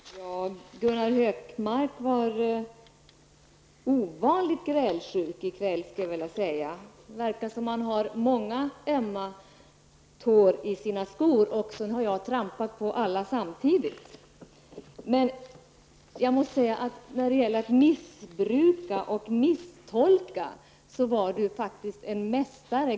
Fru talman! Gunnar Hökmark var ovanligt grälsjuk i kväll, skulle jag vilja påstå. Det verkar som om han har många ömma tår i sina skor, och jag har tydligen trampat på alla samtidigt. När det gäller att missbruka och misstolka är faktiskt Gunnar Hökmark en mästare.